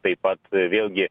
taip pat vėlgi